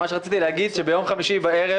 מה שרציתי להגיד הוא שביום חמישי בערב